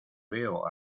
veo